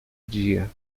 dia